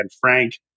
Frank